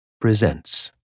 presents